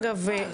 אגב,